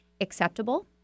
acceptable